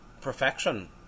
perfection